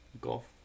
golf